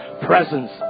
Presence